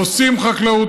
עושים חקלאות.